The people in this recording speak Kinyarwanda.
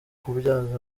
kubyaza